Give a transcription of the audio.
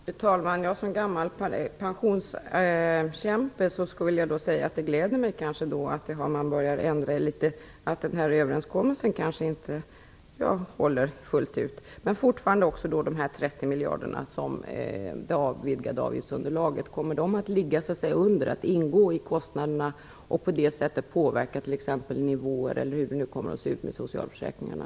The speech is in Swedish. Fru talman! Som gammal pensionskämpe vill jag då säga att det gläder mig att överenskommelsen kanske inte håller fullt ut genom att man har börjat att ändra litet. Men fortfarande undrar jag: Kommer de 30 miljarderna, som utgör det vidgade avgiftsunderlaget, att ingå i kostnaderna och på det sättet påverka t.ex. nivåer - eller hur det nu kommer att se ut - i socialförsäkringarna?